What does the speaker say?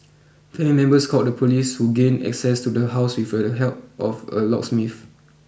family members called the police who gained access to the house the help of a locksmith